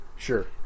Sure